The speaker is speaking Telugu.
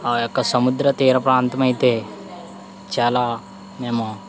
ఆ యొక్క సముద్ర తీర ప్రాంతం అయితే చాలా మేము